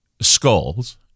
skulls